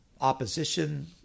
opposition